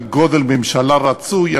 על גודל ממשלה רצוי,